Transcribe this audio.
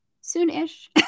soon-ish